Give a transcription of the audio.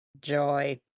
Joy